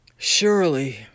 Surely